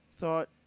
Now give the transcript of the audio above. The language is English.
thought